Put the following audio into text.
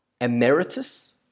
emeritus